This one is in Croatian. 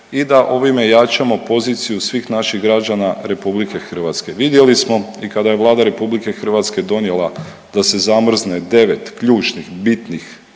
i da ovime jačamo poziciju svih naših građana RH. Vidjeli smo i kada je Vlada RH donijela da se zamrzne 9 ključnih, bitnih